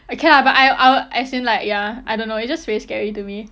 okay ah but I I would as in like ya I don't know it's just very scary to me